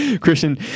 Christian